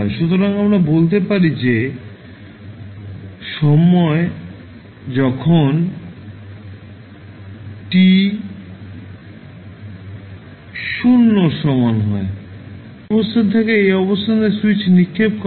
সুতরাং আমরা বলতে পারি যে যখন সময় t 0 এর সমান হয় এই অবস্থান থেকে এই অবস্থানে স্যুইচ নিক্ষেপ করা হয়